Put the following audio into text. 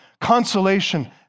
consolation